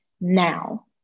now